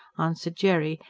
answered jerry,